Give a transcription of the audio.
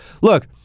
Look